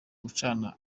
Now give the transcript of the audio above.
gucana